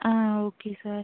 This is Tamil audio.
ah okay sir